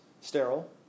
sterile